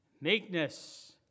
meekness